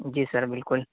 جی sir بالکل